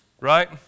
Right